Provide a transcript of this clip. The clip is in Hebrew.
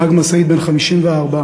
נהג משאית בן 54,